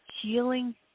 healing